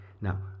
now